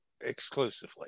exclusively